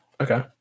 Okay